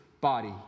body